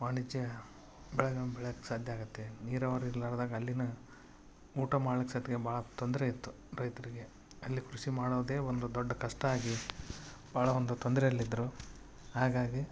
ವಾಣಿಜ್ಯ ಬೆಳೆಗಳನ್ನು ಬೆಳೆಯಕ್ಕೆ ಸಾಧ್ಯ ಆಗುತ್ತೆ ನೀರಾವರಿ ಇರಲಾರ್ದಾಗೆ ಅಲ್ಲಿನ ಊಟ ಮಾಡ್ಲಿಕ್ಕೆ ಸೈತ ಭಾಳ ತೊಂದರೆ ಇತ್ತು ರೈತರಿಗೆ ಅಲ್ಲಿ ಕೃಷಿ ಮಾಡೋದೆ ಒಂದು ದೊಡ್ಡ ಕಷ್ಟ ಆಗಿ ಭಾಳ ಒಂದು ತೊಂದರೆಯಲ್ಲಿದ್ರು ಹಾಗಾಗಿ